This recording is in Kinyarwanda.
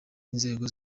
inzego